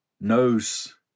knows